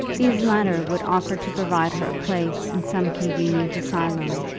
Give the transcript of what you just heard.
these latter would offer to provide her a place in some convenient asylum,